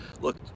look